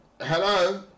Hello